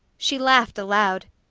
she laughed aloud.